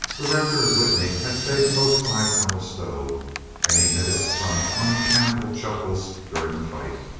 the rector of witney had stayed close by colonel stow and emitted some uncanonical chuckles during the fight